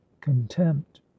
contempt